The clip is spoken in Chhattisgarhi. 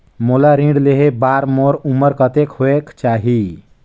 मोला ऋण लेहे बार मोर उमर कतेक होवेक चाही?